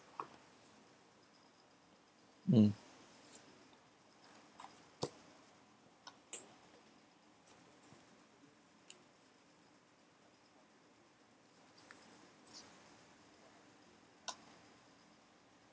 mm